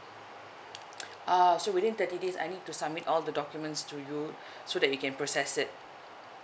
oh so within thirty days I need to submit all the documents to you so that you can process it